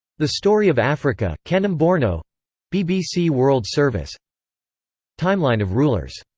the story of africa kanem-borno bbc world service timeline of rulers